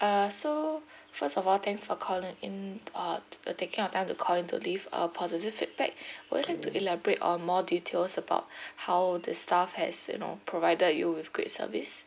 uh so first of all thanks for calling in uh taking your time to call in to leave a positive feedback would you like to elaborate on more details about how the staff has you know provided you with great service